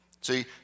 See